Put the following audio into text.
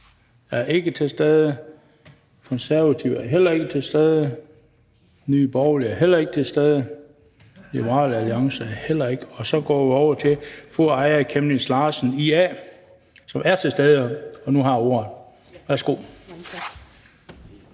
er ikke til stede, Konservative er heller ikke til stede, Nye Borgerlige er heller ikke til stede, og Liberal Alliance er her heller ikke. Så går vi over til fru Aaja Chemnitz Larsen, IA, som er til stede, og som nu har ordet. Værsgo.